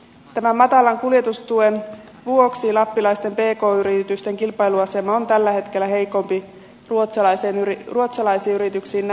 tämän matalan kuljetustuen vuoksi lappilaisten pk yritysten kilpailuasema on tällä hetkellä heikompi ruotsalaisiin yrityksiin nähden